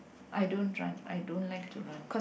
I don't run I don't like to run